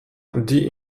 die